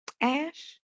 Ash